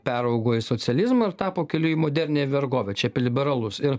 peraugo į socializmą ir tapo keliu į modernią vergovę čia apie liberalus ir